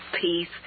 peace